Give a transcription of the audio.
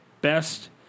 best